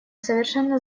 совершенно